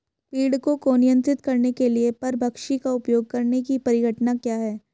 पीड़कों को नियंत्रित करने के लिए परभक्षी का उपयोग करने की परिघटना क्या है?